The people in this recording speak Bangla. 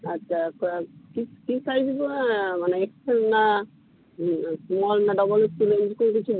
আচ্ছা তা কী কী সাইজ মানে এক্স এল না স্মল না ডবল এক্স এল এমনি করে কিছু